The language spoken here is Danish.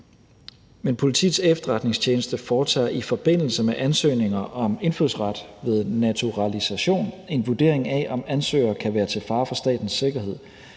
Men Politiets Efterretningstjeneste foretager i forbindelse med ansøgninger om indfødsret ved naturalisation en vurdering af, om ansøgere kan være til fare for statens sikkerhed.